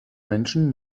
menschen